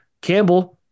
Campbell